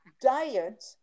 diet